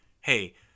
Hey